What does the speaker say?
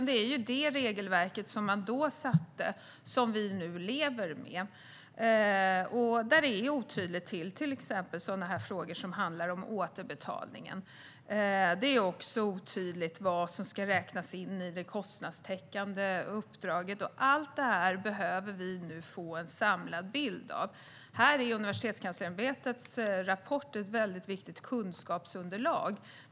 Det är det regelverk som man då satte som vi nu lever med, där det är otydligheter i till exempel frågor som handlar om återbetalningen. Det är också otydligt vad som ska räknas in i det kostnadstäckande uppdraget. Allt detta behöver vi nu få en samlad bild av. Här är Universitetskanslersämbetets rapport ett viktigt kunskapsunderlag.